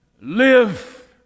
Live